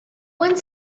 one